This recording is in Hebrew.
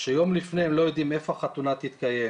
שיום לפני הם לא יודעים איפה החתונה תתקיים,